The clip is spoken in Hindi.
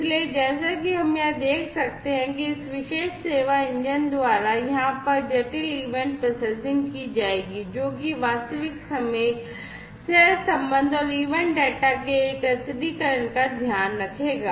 इसलिए जैसा कि हम यहां देख सकते हैं कि इस विशेष सेवा इंजन द्वारा यहां पर जटिल इवेंट प्रोसेसिंग की जाएगी जो कि वास्तविक समय सहसंबंध और ईवेंट डेटा के एकत्रीकरण का ध्यान रखेगा